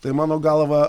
tai mano galva